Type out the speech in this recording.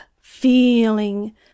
feeling